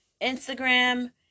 Instagram